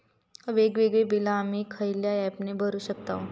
वेगवेगळी बिला आम्ही खयल्या ऍपने भरू शकताव?